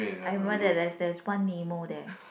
I remember that there's there's one Nemo there